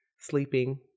sleeping